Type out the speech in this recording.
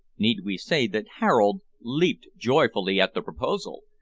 need we say that harold leaped joyfully at the proposal?